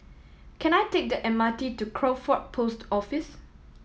can I take the M R T to Crawford Post Office